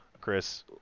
Chris